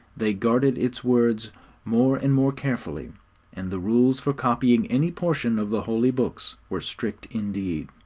they guarded its words more and more carefully and the rules for copying any portion of the holy books were strict indeed.